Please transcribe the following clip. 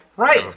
Right